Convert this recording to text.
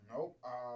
Nope